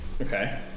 Okay